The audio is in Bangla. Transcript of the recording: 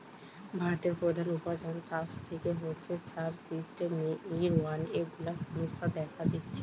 ভারতের প্রধান উপার্জন চাষ থিকে হচ্ছে, যার সিস্টেমের অনেক গুলা সমস্যা দেখা দিচ্ছে